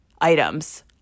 items